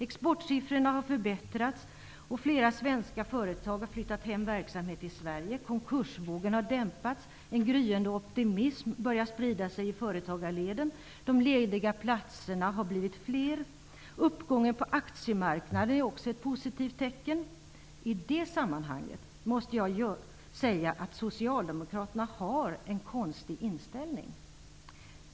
Exportsiffrorna har förbättrats, och flera svenska företag har flyttat verksamheten tillbaka till Sverige. Konkursvågen har dämpats. En gryende optimism börjar sprida sig i företagarleden. De lediga platserna har blivit fler. Uppgången på aktiemarknaden är också ett positivt tecken. I det sammanhanget måste jag säga att socialdemokraterna har en konstig inställning.